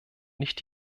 nicht